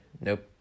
Nope